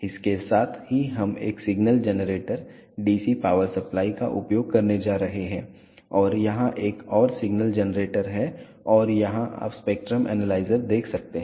इसके साथ ही हम एक signal generator DC power supply का उपयोग करने जा रहे हैं और यहां एक और सिग्नल जनरेटर है और यहां आप स्पेक्ट्रम एनालाइजर देख सकते हैं